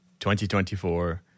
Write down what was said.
2024